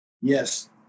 Yes